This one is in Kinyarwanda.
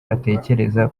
batekereza